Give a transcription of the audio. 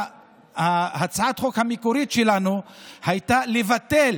הצעת החוק המקורית שלנו בכלל הייתה לבטל